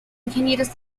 ingenieros